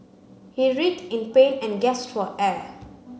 he writhed in pain and gasped for air